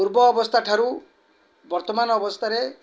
ପୂର୍ବ ଅବସ୍ଥା ଠାରୁ ବର୍ତ୍ତମାନ ଅବସ୍ଥାରେ